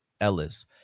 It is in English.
Ellis